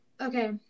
Okay